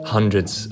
Hundreds